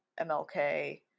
MLK